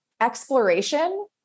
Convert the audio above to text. exploration